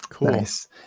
Nice